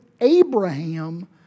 Abraham